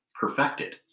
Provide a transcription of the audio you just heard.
perfected